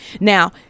Now